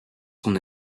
son